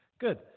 Good